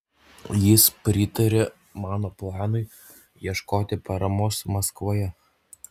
jis pritarė mano planui ieškoti paramos maskvoje